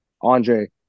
Andre